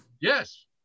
Yes